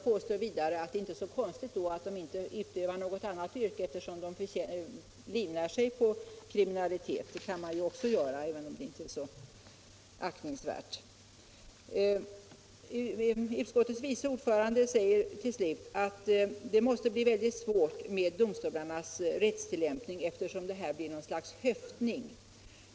Det är inte så konstigt att de inte skaffar sig något annat yrke, eftersom de livnär sig på kriminalitet — det kan man ju också göra, även om det inte är så aktningsvärt. Utskottets vice ordförande säger till slut att det måste bli väldigt svårt för domstolarna vid deras rättstillämpning, eftersom det här blir något slags höftning.